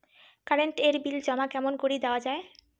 Current এর bill জমা কেমন করি দেওয়া যায়?